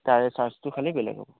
তাৰে চাৰ্জটো খালি বেলেগ হ'ব